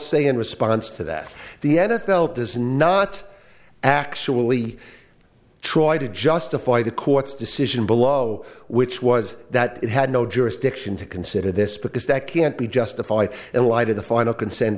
say in response to that the n f l does not actually try to justify the court's decision below which was that it had no jurisdiction to consider this because that can't be justified in light of the final consent